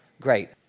great